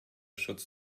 schutz